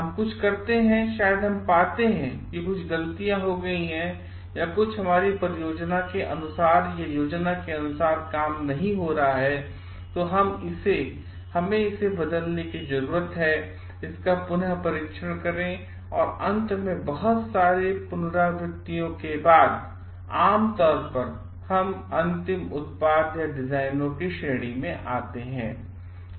हम कुछ करते हैं शायद हम पाते हैं कि कुछ गलतियाँ की गई हैं या कुछ हमारी योजना के अनुसार काम नहीं कर रहा है तो हमें इसे बदलने की जरूरत है इसका पुनः परिक्षण करें और अंत में बहुत सारे पुनरावृत्तियों के बाद आम तौर पर हम अंतिम उत्पाद याडिजाइनों में आते हैं